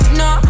no